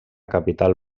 capital